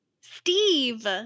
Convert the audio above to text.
Steve